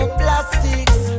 plastics